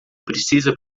precisa